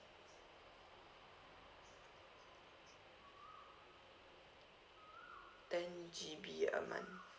ten G_B a month